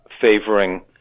favoring